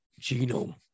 Genome